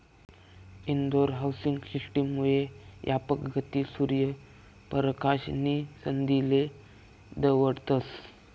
Indore housing system मुये यापक गती, सूर्य परकाश नी संधीले दवडतस